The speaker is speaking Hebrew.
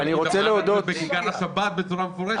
--- בכיכר השבת בצורה מפורשת.